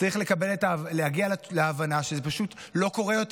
צריך להגיע להבנה שזה פשוט לא קורה יותר,